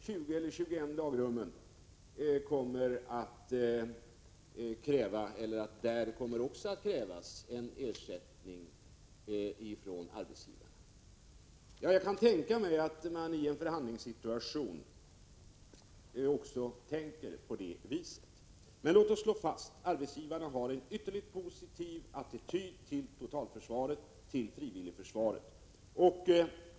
Kanske kommer det också att krävas ersättning från arbetsgivaren enligt de 20 eller 21 andra lagrummen. Jag kan tänka mig att man i en förhandlingssituation också tänker på det viset. Men låt oss slå fast att arbetsgivarna har en ytterligt positiv attityd till frivilligförsvaret.